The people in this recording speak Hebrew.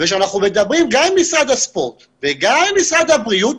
כשאנחנו מדברים עם משרד הבריאות ועם משרד הספורט,